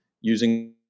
using